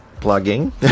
plugging